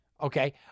Okay